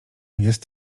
jest